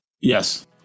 Yes